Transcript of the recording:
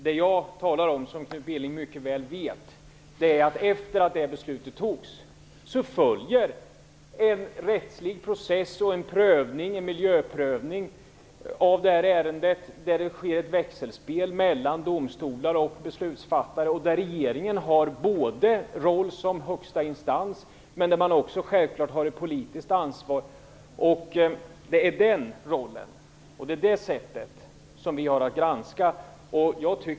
Som Knut Billing mycket väl vet följer, efter det att beslutet fattades, en rättslig process och en miljöprövning i ärendet, där det sker ett växelspel mellan domstolar och beslutsfattare. Regeringen har då roll som högsta instans och samtidigt ett politiskt ansvar. Det är den rollen som vi har att granska.